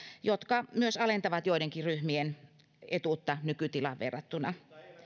jotka myös alentavat joidenkin ryhmien etuutta nykytilaan verrattuna